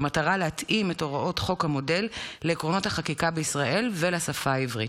במטרה להתאים את הוראות חוק המודל לעקרונות החקיקה בישראל ולשפה העברית.